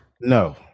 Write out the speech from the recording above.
No